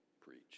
preach